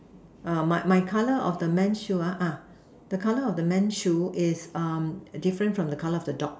err my my color of the men shoe ah ah the color of the men shoe is different from the color of the dog